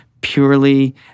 purely